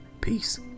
Peace